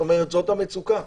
זאת המצוקה.